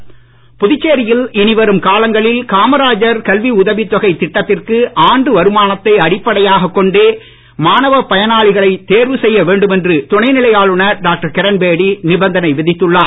கிரண்பேடி புதுச்சேரியில் இனி வரும் காலங்களில் காமராஜர் கல்வி உதவித் தொகை திட்டத்திற்கு ஆண்டு வருமானத்தை அடிப்படையாக கொண்டே மாணவப் பயனாளிகளை தேர்வு செய்ய வேண்டும் என்று துணைநிலை ஆளுநர் டாக்டர் கிரண்பேடி நிபந்தனை விதித்துள்ளார்